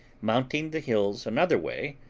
mounting the hills another way,